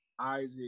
Isaac